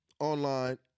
online